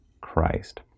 christ